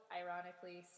ironically